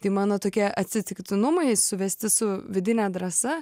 tai mano tokie atsitiktinumai suvesti su vidine drąsa